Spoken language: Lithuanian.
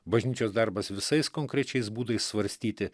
bažnyčios darbas visais konkrečiais būdais svarstyti